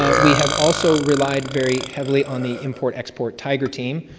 ah we have also relied very heavily on the import export tiger team,